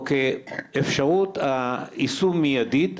או כאפשרות היישום מיידית,